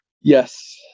Yes